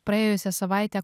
praėjusią savaitę